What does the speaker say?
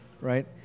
right